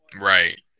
Right